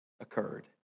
Occurred